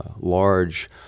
large